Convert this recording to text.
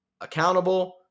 accountable